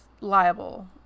liable